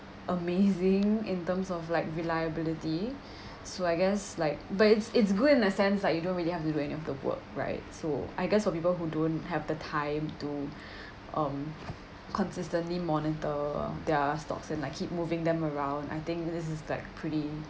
amazing in terms of like reliability so I guess like but it's it's good in a sense like you don't really have to do any of the work right so I guess for people who don't have the time to um consistently monitor their stocks and like keep moving them around I think this is like pretty